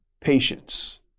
patience